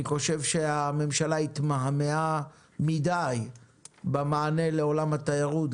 אני חושב שהממשלה התמהמהה מידי במענה לעולם התיירות,